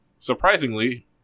surprisingly